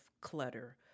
clutter